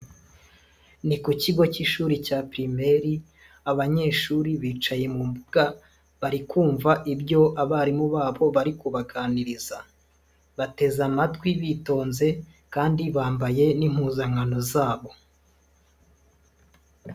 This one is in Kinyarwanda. Ni ku kigo cy'ishuri cya pirimeri, abanyeshuri bicaye mu mbuga, barikumva ibyo abarimu babo bari kubaganiriza, bateze amatwi bitonze kandi bambaye n'impuzankano zabo.